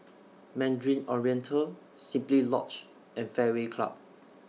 Mandarin Oriental Simply Lodge and Fairway Club